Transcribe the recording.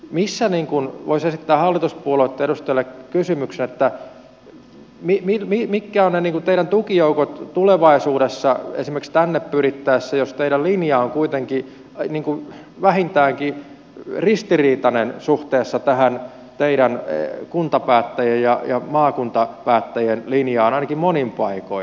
voisi esittää hallituspuolueitten edustajille kysymyksen että mitkä ovat ne teidän tukijoukkonne tulevaisuudessa esimerkiksi tänne pyrittäessä jos teidän linjanne on kuitenkin vähintäänkin ristiriitainen suhteessa tähän teidän kuntapäättäjien ja maakuntapäättäjien linjaan ainakin monin paikoin